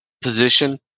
position